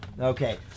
Okay